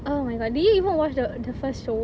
oh my god did you even watch the the first show